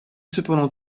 cependant